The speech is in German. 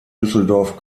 düsseldorf